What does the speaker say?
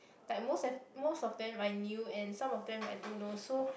like most of most of them I knew and some of them I don't know so